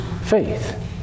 faith